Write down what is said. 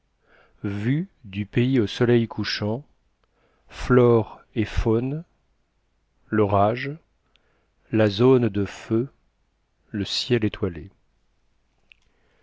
vue du pays au soleil couchant flore et faune l'orage la zone de feu le ciel étoilé